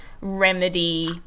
remedy